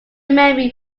memory